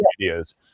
ideas